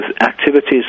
activities